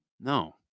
No